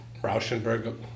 Rauschenberg